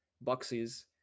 boxes